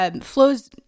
flows